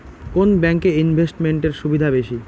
কোন ব্যাংক এ ইনভেস্টমেন্ট এর সুবিধা বেশি?